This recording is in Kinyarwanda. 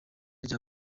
rya